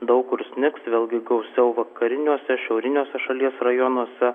daug kur snigs vėlgi gausiau vakariniuose šiauriniuose šalies rajonuose